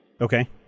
Okay